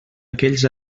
aquells